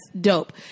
dope